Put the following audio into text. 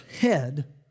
head